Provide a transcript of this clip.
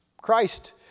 Christ